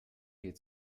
mir